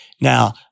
Now